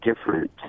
different